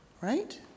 Right